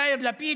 יאיר לפיד,